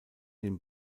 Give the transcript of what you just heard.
den